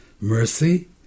mercy